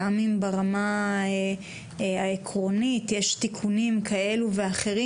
גם אם ברמה העקרונית יש תיקונים כאלו ואחרים